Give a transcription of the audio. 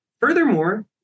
Furthermore